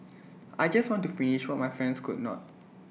I just want to finish what my friends could not